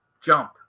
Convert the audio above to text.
jump